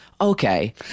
okay